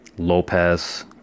lopez